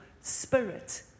spirit